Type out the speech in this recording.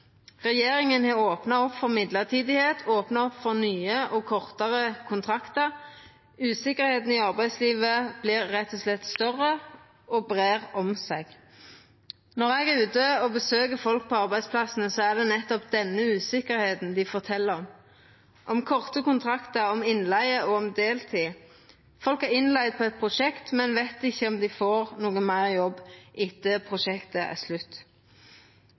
Regjeringa har opna opp for mellombels tilsetjing og for nye og kortare kontraktar. Usikkerheita i arbeidslivet vert rett og slett større og breier om seg. Når eg er ute og besøkjer folk på arbeidsplassane, er det nettopp denne usikkerheita dei fortel om – om korte kontraktar, om innleige og om deltid. Folk er innleigde på eit prosjekt, men veit ikkje om dei får jobb etter at prosjektet er slutt.